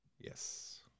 Yes